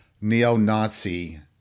neo-Nazi